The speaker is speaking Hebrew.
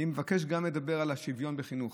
אני מבקש לדבר גם על השוויון בחינוך.